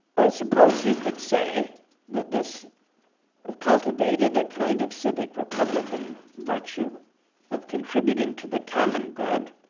i suppose you could say that this cultivated that kind of civic republican virtue of contributing to the common good,